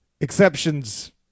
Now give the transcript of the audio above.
exceptions